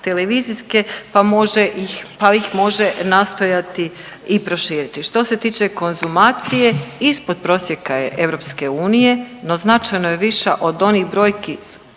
može ih, pa ih može nastojati i proširiti. Što se tiče konzumacije ispod prosjeka je EU no značajno je viša od onih brojki